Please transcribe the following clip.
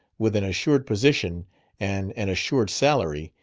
with an assured position and an assured salary,